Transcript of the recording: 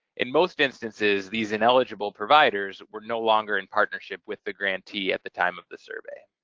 in most instances, these ineligible providers were no longer in partnership with the grantee at the time of the survey.